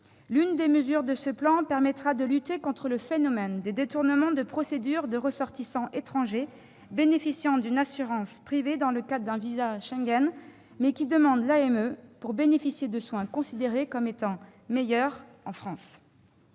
L'une des mesures de ce plan permettra de lutter contre le phénomène des détournements de procédure de ressortissants étrangers bénéficiant d'une assurance privée dans le cadre d'un visa Schengen, mais qui demandent l'AME pour bénéficier de soins considérés comme étant de meilleure qualité